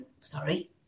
Sorry